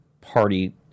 party